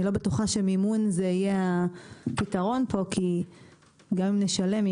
אני לא בטוחה שמימון יהיה הפתרון פה כי גם אם נשלם,